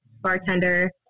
bartender